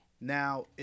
Now